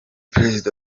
perezida